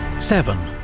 seven.